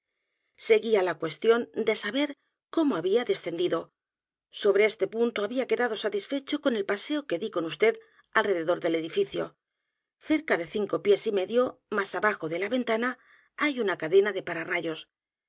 seguía la cuestión de saber cómo había deseenedgar poe novelas v gdentos dido sobre este punto había quedado satisfecho con el paseo que di con vd alrededor del edificio cerca de cinco pies y medio más abajo de la ventana hay una cadena de